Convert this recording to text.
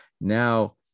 now